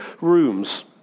rooms